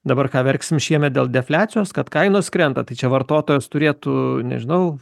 dabar ką verksim šiemet dėl defliacijos kad kainos krenta tai čia vartotojas turėtų nežinau